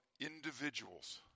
individuals